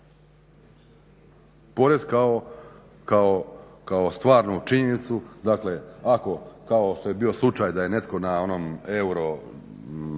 Porez kao stvarnu činjenicu, dakle ako kao što je bio slučaj da je netko na onom Euro